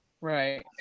Right